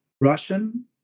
Russian